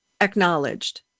acknowledged